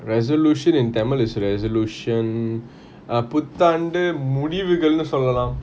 resolution in tamil is resolution uh புத்தாண்டு முடிவுகள்னு சொல்லலாம்:puthaandu mudivugalnu solalam